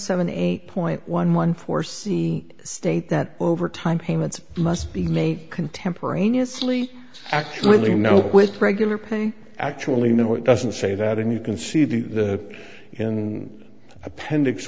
seven eight point one one four c state that overtime payments must be made contemporaneously actually no with regular pay actually no it doesn't say that and you can see the the in appendix